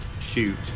shoot